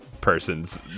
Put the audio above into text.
person's